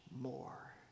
more